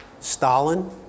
Stalin